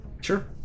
Sure